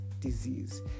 disease